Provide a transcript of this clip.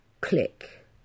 click